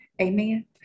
Amen